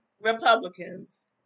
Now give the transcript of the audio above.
Republicans